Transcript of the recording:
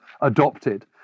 adopted